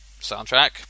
soundtrack